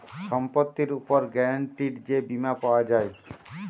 সম্পত্তির উপর গ্যারান্টিড যে বীমা পাওয়া যায়